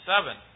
Seven